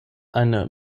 eine